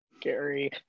Gary